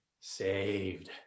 saved